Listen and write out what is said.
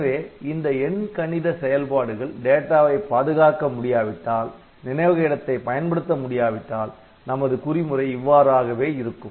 எனவே இந்த எண் கணித செயல்பாடுகள் டேட்டாவை பாதுகாக்க முடியாவிட்டால் நினைவக இடத்தை பயன்படுத்த முடியாவிட்டால் நமது குறிமுறை இவ்வாறாகவே இருக்கும்